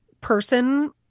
person